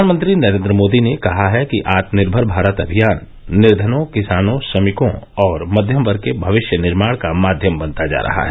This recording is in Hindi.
प्रधानमंत्री नरेन्द्र मोदी ने कहा है कि आत्मनिर्मर भारत अभियान निर्धनों किसानों श्रमिकों और मध्यम वर्ग के भविष्य निर्माण का माध्यम बनता जा रहा है